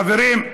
חברים,